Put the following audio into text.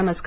नमस्कार